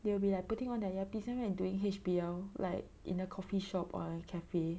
they will be like putting on the earpiece then when you doing H_B_L like in a coffee shop or cafe